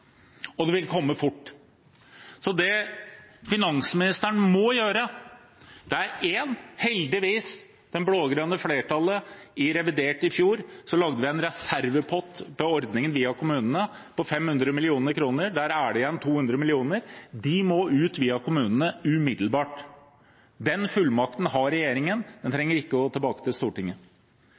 og det vil komme fort. Det finansministeren må gjøre, er for det første: Heldigvis lagde det blå-grønne flertallet i revidert i fjor en reservepott til ordningen via kommunene på 500 mill. kr. Der er det igjen 200 mill. kr. De må ut via kommunene umiddelbart. Den fullmakten har regjeringen. Den saken trenger ikke å komme tilbake til Stortinget.